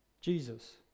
Jesus